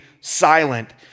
silent